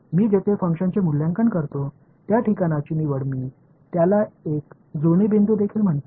मी जेथे फंक्शनचे मूल्यांकन करतो त्या ठिकाणांची निवड मी त्याला एक जुळणी बिंदू देखील म्हणतो